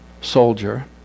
soldier